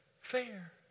fair